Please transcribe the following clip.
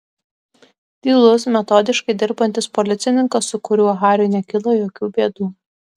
tylus metodiškai dirbantis policininkas su kuriuo hariui nekilo jokių bėdų